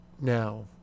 Now